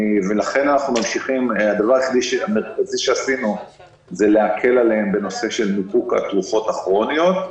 לכן הדבר המרכזי שעשינו הוא להקל עליהם בניפוק התרופות הכרוניות,